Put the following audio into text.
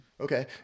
Okay